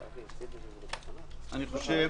אני חושב